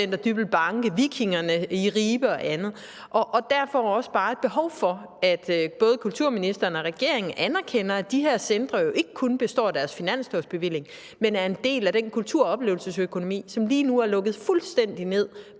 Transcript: Dybbøl Banke, Ribe VikingeCenter – og derfor er der også bare et behov for, at både kulturministeren og regeringen anerkender, at de her centre jo ikke kun består af deres finanslovsbevilling, men er en del af den kultur- og oplevelsesøkonomi, som lige nu er lukket fuldstændig ned